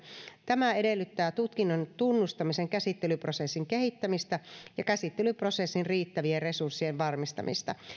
tämä edellyttää tutkinnon tunnustamisen käsittelyprosessin kehittämistä ja käsittelyprosessin riittävien resurssien varmistamista